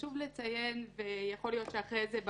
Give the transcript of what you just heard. יכול להיות שאחרי זה,